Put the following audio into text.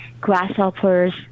grasshoppers